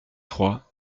trois